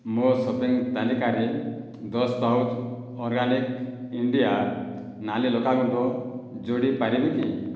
ମୋ ସପିଂ ତାଲିକାରେ ଦଶ ପାଉଚ୍ ଅର୍ଗାନିକ୍ ଇଣ୍ଡିଆ ନାଲି ଲଙ୍କାଗୁଣ୍ଡ ଯୋଡ଼ି ପାରିବେ କି